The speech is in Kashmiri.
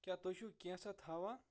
کیٛاہ تُہۍ چھِوٕ کینٛژھا تھاوان